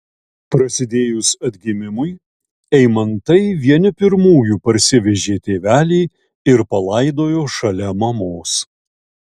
prasidėjus atgimimui eimantai vieni pirmųjų parsivežė tėvelį ir palaidojo šalia mamos